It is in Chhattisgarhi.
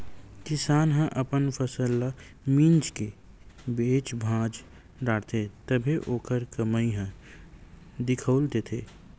किसान ह अपन फसल ल मिंज के बेच भांज डारथे तभे ओखर कमई ह दिखउल देथे